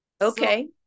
Okay